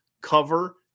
cover